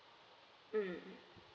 mm